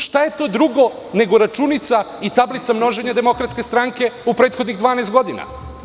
Šta je to drugo nego računica i tablica množenja DS u prethodnih 12 godina?